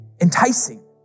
enticing